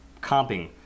comping